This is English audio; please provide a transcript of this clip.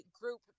group